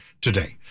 today